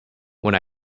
when